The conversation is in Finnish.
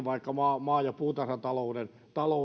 vaikka maa maa ja puutarhatalouden